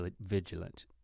vigilant